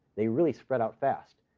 they really spread out fast.